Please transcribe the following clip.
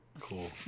Cool